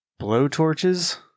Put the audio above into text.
blowtorches